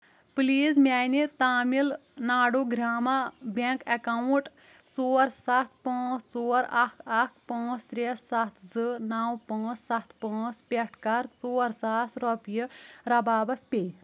please میانہِ Tamil Nadu Grama bank account ژور سَتھ پانٛژھ ژور اکھ اکھ پانٛژھ ترٛے سَتھ زٕ نو پانٛزھ سَتھ پانٛژھ پٮ۪ٹھٕ کَر ژور ساس رۄپیہِ رَبابس پے